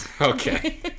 Okay